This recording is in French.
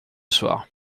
soir